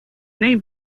name